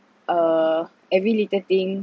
uh every little thing